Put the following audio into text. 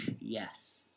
Yes